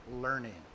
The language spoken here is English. learning